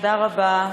תודה רבה,